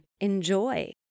enjoy